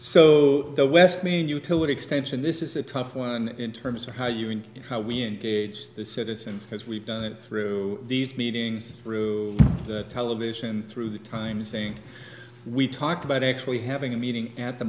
so the west mean utility extension this is a tough one in terms of how you and how we engage citizens because we've done it through these meetings through television and through the times saying we talked about actually having a meeting at the